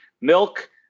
milk